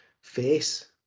face